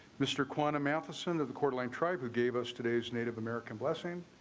mr. quantum matheson of the courtland tribe who gave us today's native american blessing.